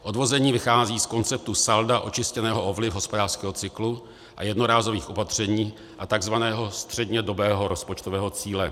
Odvození vychází z konceptu salda očištěného o vliv hospodářského cyklu a jednorázových opatření a tzv. střednědobého rozpočtového cíle.